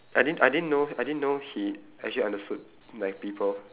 I didn~ I didn't know I didn't know he actually understood like people